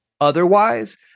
otherwise